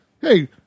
hey